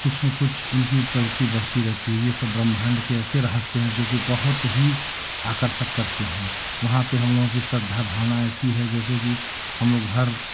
कुछ न कुछ उनके प्रगति बढ़ती रहती है यह सब ब्रह्माण्ड के ऐसे रहस्य हैं जोकि बहुत ही आकर्षक करते हैं वहाँ पर हमलोगों की श्रद्धा भावनाएं ऐसी है जैसे कि हमलोग हर